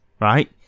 Right